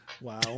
Wow